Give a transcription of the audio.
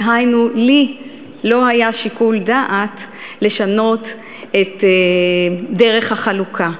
דהיינו, לי לא היה שיקול דעת לשנות את דרך החלוקה.